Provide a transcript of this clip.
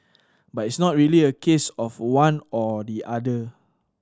but it's not really a case of one or the other